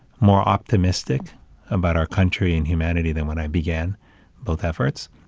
more optimistic about our country and humanity than when i began both efforts